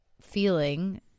feeling